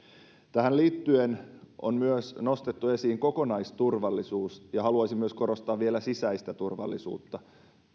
tähän liittyen on myös nostettu esiin kokonaisturvallisuus ja haluaisin korostaa vielä sisäistä turvallisuutta